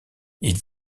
ils